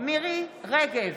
מירי מרים רגב,